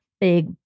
big